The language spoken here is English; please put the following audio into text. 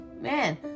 man